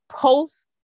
post